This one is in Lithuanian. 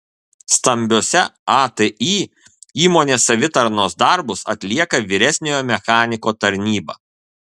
stambiose atį įmonės savitarnos darbus atlieka vyresniojo mechaniko tarnyba